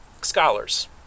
scholars